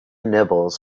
nibbles